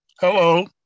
Hello